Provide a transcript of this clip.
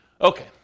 Okay